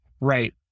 Right